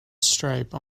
stripe